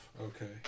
Okay